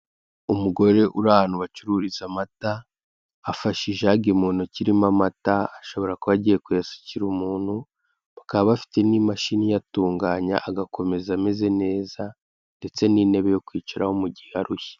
Umugore uri ahantu bacururiza amata, afashe ijage mu ntoki irimo amata ashobora kuba agiye kuyasukira umuntu, bakaba bafite n'imashini iyatunganya agakomeza ameze neza ndetse n'intebe yo kwicaraho mu gihe arushye.